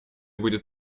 будет